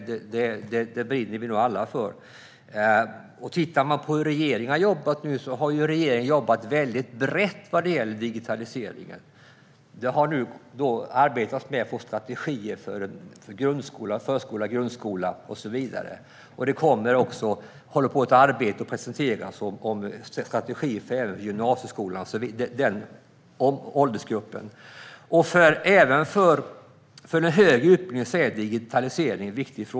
Det brinner vi nog alla för. Tittar man på hur regeringen har jobbat ser man att den jobbat väldigt brett vad gäller digitaliseringen. Det arbetats med att få strategier för förskola, grundskola och så vidare. Ett arbete håller på att presenteras om strategier även för gymnasieskolan och den åldersgruppen. Även för den högre utbildningen är digitaliseringen en viktig fråga.